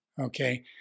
Okay